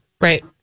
Right